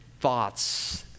thoughts